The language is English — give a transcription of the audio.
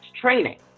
training